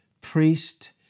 priest